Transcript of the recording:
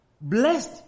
Blessed